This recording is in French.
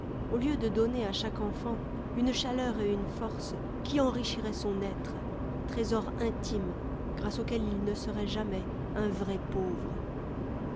au lieu de donner à chaque enfant une chaleur et une force qui enrichiraient son être trésor intime grâce auquel il ne serait jamais un vrai pauvre